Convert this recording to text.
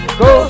go